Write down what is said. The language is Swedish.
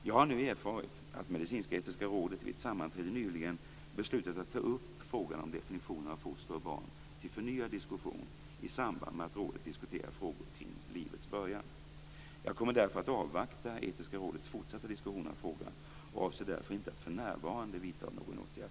Jag har nu erfarit att Medicinsk-etiska rådet vid ett sammanträde nyligen beslutat att ta upp frågan om definitionen av foster och barn till förnyad diskussion i samband med att rådet diskuterar frågor kring livets början. Jag kommer därför att avvakta Etiska rådets fortsatta diskussion av frågan och avser därför inte för närvarande att vidtaga någon åtgärd.